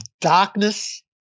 darkness